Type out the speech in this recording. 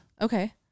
okay